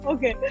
Okay